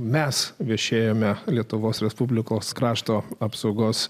mes viešėjome lietuvos respublikos krašto apsaugos